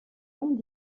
ans